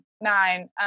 nine